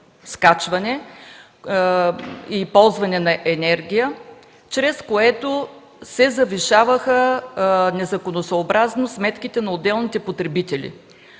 скачване и ползване на енергия”, чрез които се завишаваха незаконосъобразно сметките на отделните потребители.